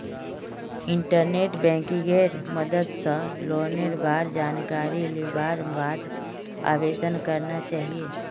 internet बैंकिंगेर मदद स लोनेर बार जानकारी लिबार बाद आवेदन करना चाहिए